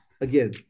again